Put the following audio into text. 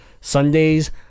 Sundays